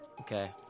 okay